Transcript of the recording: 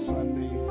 Sunday